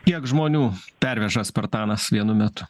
kiek žmonių perveža spartanas vienu metu